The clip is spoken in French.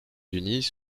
unis